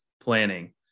planning